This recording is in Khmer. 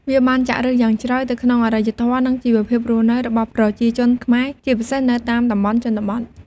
វាបានចាក់ឫសយ៉ាងជ្រៅទៅក្នុងអរិយធម៌ និងជីវភាពរស់នៅរបស់ប្រជាជនខ្មែរ ជាពិសេសនៅតាមតំបន់ជនបទ។